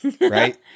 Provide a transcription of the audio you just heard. Right